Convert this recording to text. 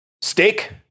steak